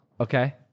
Okay